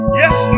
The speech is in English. yes